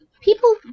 people